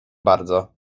bardzo